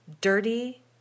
dirty